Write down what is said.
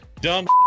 dumb